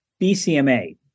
BCMA